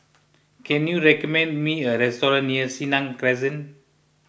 can you recommend me a restaurant near Senang Crescent